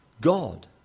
God